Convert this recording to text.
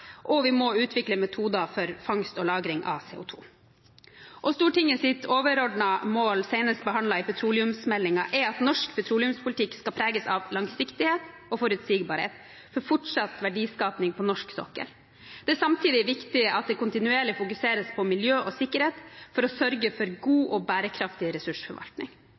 og vi må utvikle metoder for fangst og lagring av CO2. Stortingets overordnede mål, senest behandlet i petroleumsmeldingen, er at norsk petroleumspolitikk skal preges av langsiktighet og forutsigbarhet for fortsatt verdiskaping på norsk sokkel. Det er samtidig viktig at det kontinuerlig fokuseres på miljø og sikkerhet for å sørge for en god og bærekraftig ressursforvaltning.